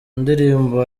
ndirimbo